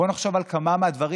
בואו נחשוב על כמה מהדברים,